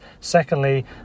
Secondly